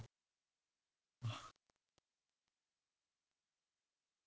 !wah!